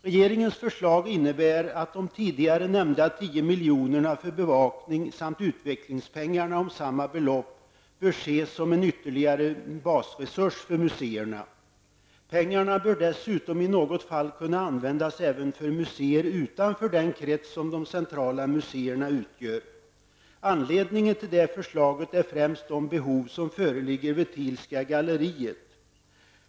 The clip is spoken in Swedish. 10 milj.kr. för bevakning samt utvecklingspengarna om samma belopp bör ses som en ytterligare basresurs för museerna. Pengarna bör dessutom i något fall kunna användas även för museer utanför den krets som de centrala museerna utgör. Anledningen till det förslaget är främst de behov som föreligger vid Thielska galleriet.